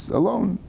alone